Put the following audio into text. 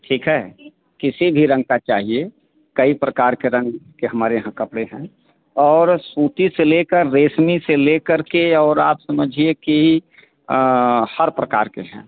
ठीक है किसी भी रंग का चाहिए कई प्रकार के रंग के हमारे यहाँ कपड़े हैं और सूती से लेकर रेशमी से लेकर के और आप समझिए कि हर प्रकार के हैं